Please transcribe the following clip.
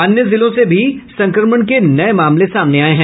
अन्य जिलों से भी संक्रमण के नये मामले सामने आये हैं